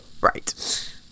Right